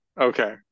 Okay